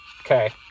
Okay